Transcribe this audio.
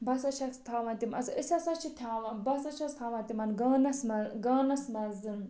بہٕ ہسا چھیٚس تھاوان تِم اصٕل أسۍ ہسا چھِ تھاوان بہٕ ہسا چھیٚس تھاوان تِمن گانَس منٛز گانَس منٛز